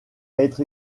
être